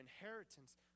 inheritance